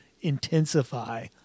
intensify